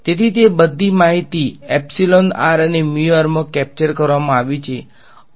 તેથી તે બધી માહિતી અને મા કેપ્ચર કરવામાં આવી છે અને